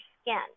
skin